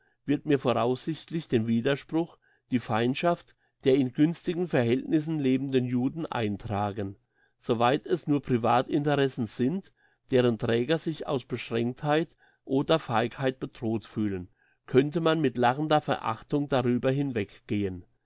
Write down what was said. wird mir voraussichtlich den widerspruch die feindschaft der in günstigen verhältnissen lebenden juden eintragen soweit es nur privatinteressen sind deren träger sich aus beschränktheit oder feigheit bedroht fühlen könnte man mit lachender verachtung darüber hinweggehen